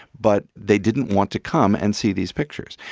but they didn't want to come and see these pictures.